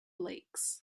lakes